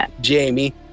Jamie